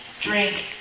drink